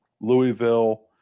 Louisville